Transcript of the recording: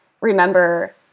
remember